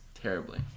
terribly